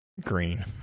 green